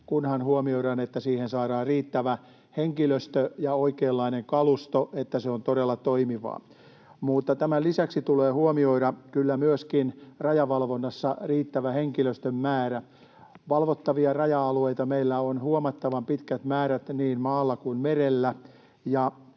kunhan huomioidaan, että siihen saadaan riittävä henkilöstö ja oikeanlainen kalusto niin että se on todella toimivaa. Mutta tämän lisäksi rajavalvonnassa tulee huomioida kyllä myöskin riittävä henkilöstön määrä. Valvottavia raja-alueita meillä on huomattavan pitkät määrät niin maalla kuin merellä.